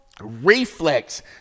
Reflex